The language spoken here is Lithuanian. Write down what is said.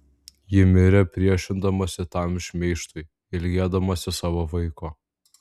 ji mirė priešindamasi tam šmeižtui ilgėdamasi savo vaiko